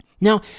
Now